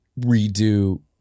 redo